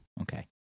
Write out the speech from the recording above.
Okay